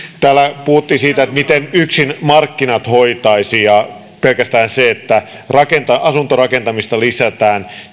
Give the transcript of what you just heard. täällä puhuttiin siitä miten yksin markkinat hoitaisivat ja että pelkästään sen tuloksena että asuntorakentamista lisätään